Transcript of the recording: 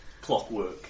clockwork